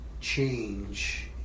change